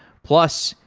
plus,